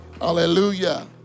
hallelujah